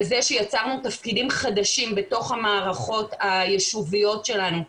על זה שיצרנו תפקידים חדשים בתוך המערכות היישוביות שלנו,